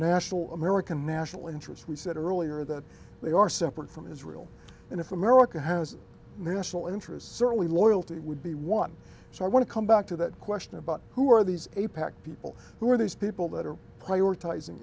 national american national interest we said earlier that they are separate from israel and if america has national interests certainly loyalty would be one so i want to come back to that question about who are these apec people who are these people that are prioritizing